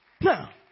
Now